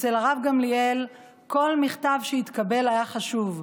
אצל הרב גמליאל כל מכתב שהתקבל היה חשוב,